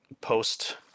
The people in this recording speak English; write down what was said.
post